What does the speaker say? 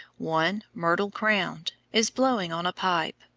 one, myrtle-crowned, is blowing on a pipe,